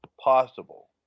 Possible